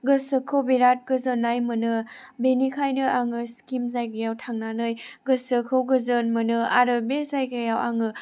गोसोखौ बिराद गोजोननाय मोनो बेनिखायनो आङो सिक्किम जायगायाव थांनानै गोसोखौ गोजोन मोनो आरो बे जायगायाव आङो